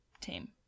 team